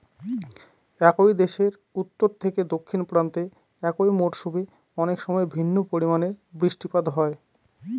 একই দেশের উত্তর থেকে দক্ষিণ প্রান্তে একই মরশুমে অনেকসময় ভিন্ন পরিমানের বৃষ্টিপাত হয়